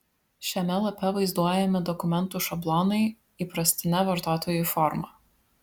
šiame lape vaizduojami dokumentų šablonai įprastine vartotojui forma